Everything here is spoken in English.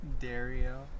Dario